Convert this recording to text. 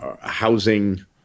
housing